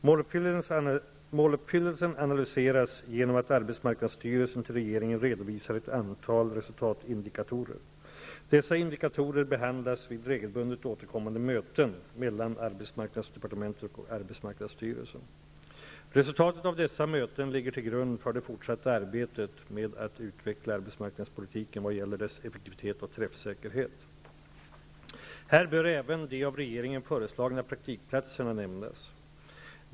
Måluppfyllelsen analyseras genom att arbetsmarknadsstyrelsen till regeringen redovisar ett antal resultatindikatorer. Dessa indikatorer behandlas vid regelbundet återkommande möten mellan arbetsmarknadsdepartementet och arbetsmarknadsstyrelsen. Resultaten av dessa möten ligger till grund för det fortsatta arbetet med att utveckla arbetsmarknadspolitiken vad gäller dess effektivitet och träffsäkerhet. Här bör även de av regeringen föreslagna praktikplatserna nämnas.